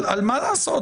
על מה לעשות?